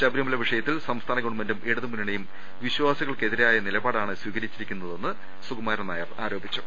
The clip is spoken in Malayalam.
ശബരിമല വിഷയത്തിൽ സംസ്ഥാന ഗവൺമെന്റും ഇടത് മുന്നണിയും വിശ്വാസികൾക്കെതിരായ നിലപാടാണ് സ്വീകരി ച്ചിരിക്കുന്നതെന്നും അദ്ദേഹം ആരോപിച്ചു